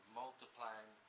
multiplying